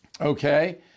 okay